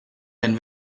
den